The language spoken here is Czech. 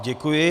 Děkuji.